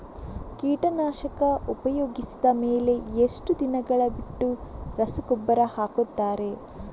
ಕೀಟನಾಶಕ ಉಪಯೋಗಿಸಿದ ಮೇಲೆ ಎಷ್ಟು ದಿನಗಳು ಬಿಟ್ಟು ರಸಗೊಬ್ಬರ ಹಾಕುತ್ತಾರೆ?